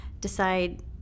decide